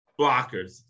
blockers